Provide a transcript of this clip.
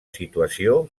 situació